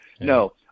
No